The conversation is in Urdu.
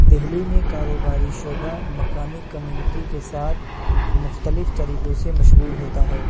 دہلی میں کاروباری شعبہ مقامی کمیونٹی کے ساتھ مختلف طریقوں سے مشغول ہوتا ہے